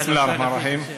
אהלן וסהלן פיכ, א-שיח'.